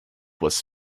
was